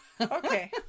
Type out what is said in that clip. Okay